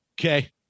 Okay